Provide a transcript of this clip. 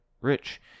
Rich